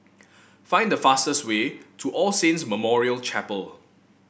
find the fastest way to All Saints Memorial Chapel